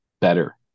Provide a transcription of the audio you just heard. Better